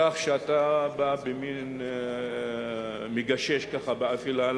כך שאתה מגשש באפלה,